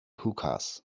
hookahs